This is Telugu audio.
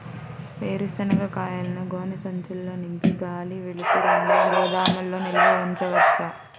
వేరుశనగ కాయలను గోనె సంచుల్లో నింపి గాలి, వెలుతురు ఉండే గోదాముల్లో నిల్వ ఉంచవచ్చా?